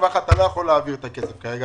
אתה לא יכול להעביר את הכסף כרגע.